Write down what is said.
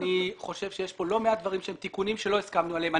אני חושב שיש כאן לא מעט דברים שהם תיקונים שלא הסכמנו עליהם.